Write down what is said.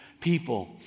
people